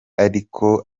ariko